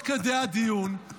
תוך כדי הדיון,